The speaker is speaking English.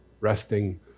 resting